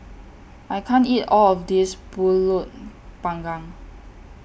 I can't eat All of This Pulut Panggang